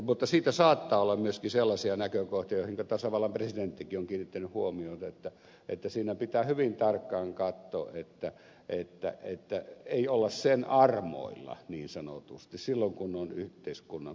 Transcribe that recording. mutta siitä saattaa olla myöskin sellaisia näkökohtia joihinka tasavallan presidenttikin on kiinnittänyt huomiota että siinä pitää hyvin tarkkaan katsoa että ei olla sen armoilla niin sanotusti silloin kun on yhteiskunnan perustoiminnoista kysymys